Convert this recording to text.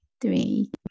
three